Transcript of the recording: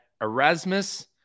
Erasmus